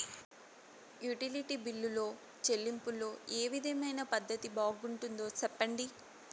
Utility బిల్లులో చెల్లింపులో ఏ విధమైన పద్దతి బాగుంటుందో సెప్పండి?